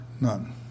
none